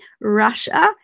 Russia